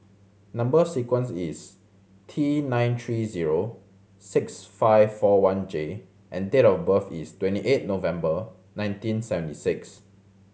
number sequence is T nine three zero six five four one J and date of birth is twenty eight November nineteen seventy six